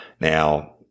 Now